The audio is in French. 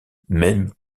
même